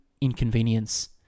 inconvenience